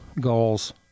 goals